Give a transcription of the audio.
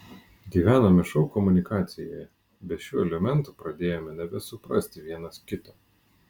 gyvename šou komunikacijoje be šių elementų pradėjome nebesuprasti vienas kito